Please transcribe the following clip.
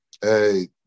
Hey